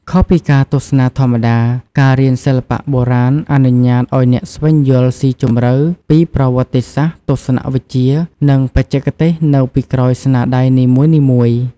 ខុសពីការទស្សនាធម្មតា ការរៀនសិល្បៈបុរាណអនុញ្ញាតឱ្យអ្នកស្វែងយល់ស៊ីជម្រៅពីប្រវត្តិសាស្ត្រ ទស្សនវិជ្ជា និងបច្ចេកទេសនៅពីក្រោយស្នាដៃនីមួយៗ។